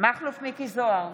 מכלוף מיקי זוהר,